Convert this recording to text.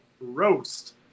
roast